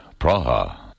Praha